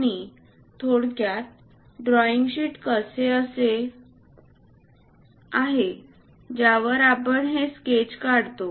आणि थोडक्यात drawing sheet एक असे आहे ज्यावर आपण हे स्केचेस काढतो